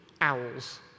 owls